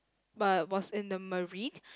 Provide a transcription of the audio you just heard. but was in the marine